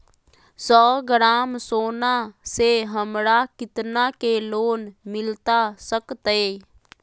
सौ ग्राम सोना से हमरा कितना के लोन मिलता सकतैय?